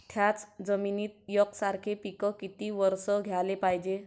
थ्याच जमिनीत यकसारखे पिकं किती वरसं घ्याले पायजे?